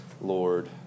Lord